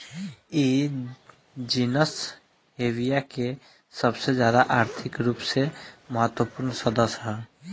इ जीनस हेविया के सबसे ज्यादा आर्थिक रूप से महत्वपूर्ण सदस्य ह